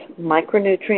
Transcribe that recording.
micronutrients